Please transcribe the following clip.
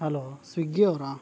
hello Swiggy ಅವರಾ